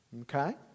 Okay